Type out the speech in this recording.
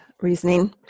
reasoning